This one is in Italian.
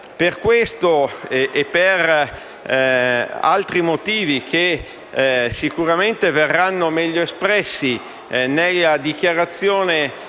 per questo e per altri motivi che sicuramente verranno meglio espressi nella dichiarazione